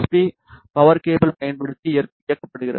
B power கேபிளைப் பயன்படுத்தி இயக்கப்படுகிறது